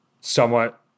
somewhat